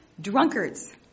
drunkards